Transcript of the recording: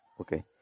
Okay